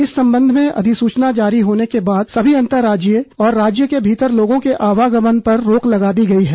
इस संबंध में अधिसूचना जारी होने के बाद सभी अंतर्राज्यीय और राज्यों के भीतर लोगों के आवागमन पर रोक लगा दी गई है